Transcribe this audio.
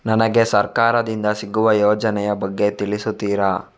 ನನಗೆ ಸರ್ಕಾರ ದಿಂದ ಸಿಗುವ ಯೋಜನೆ ಯ ಬಗ್ಗೆ ತಿಳಿಸುತ್ತೀರಾ?